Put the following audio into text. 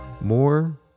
more